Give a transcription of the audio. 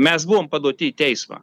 mes buvom paduoti į teismą